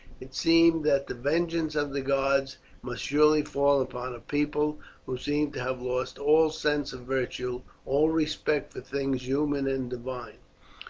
it seemed that the vengeance of the gods must surely fall upon a people who seemed to have lost all sense of virtue, all respect for things human and divine.